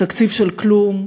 "תקציב של כלום".